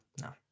no